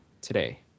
today